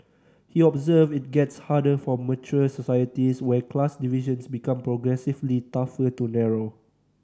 he observed it gets harder for mature societies where class divisions become progressively tougher to narrow